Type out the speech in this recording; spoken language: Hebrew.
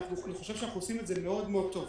אני חושב שאנחנו עושים את זה מאוד מאוד טוב,